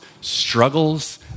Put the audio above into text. struggles